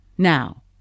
Now